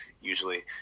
usually